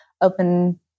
open